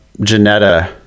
Janetta